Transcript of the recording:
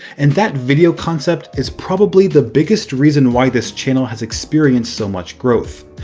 and that video concept is probably the biggest reason why this channel has experienced so much growth.